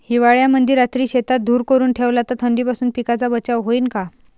हिवाळ्यामंदी रात्री शेतात धुर करून ठेवला तर थंडीपासून पिकाचा बचाव होईन का?